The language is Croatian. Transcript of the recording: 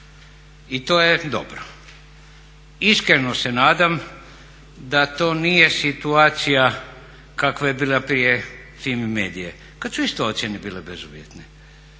i to je dobro. Iskreno se nadam da to nije situacija kakva je bila prije FIMI MEDIA-e kad su isto ocijene bile bezuvjetne,